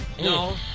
No